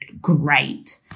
great